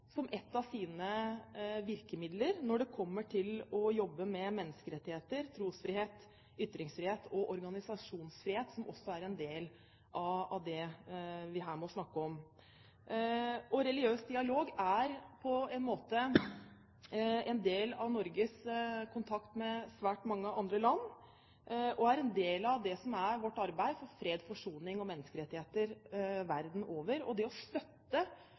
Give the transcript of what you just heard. som ett av sine virkemidler når det kommer til det å jobbe med menneskerettigheter – trosfrihet, ytringsfrihet og organisasjonsfrihet, som også er en del av det vi her må snakke om. Religiøs dialog er på en måte en del av Norges kontakt med svært mange andre land og er en del av det som er vårt arbeid for fred, forsoning og menneskerettigheter verden over. Det å støtte